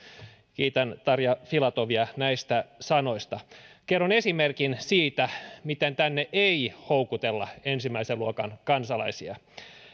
kiitän tarja filatovia näistä sanoista kerron esimerkin siitä miten tänne ei houkutella ensimmäisen luokan kansalaisia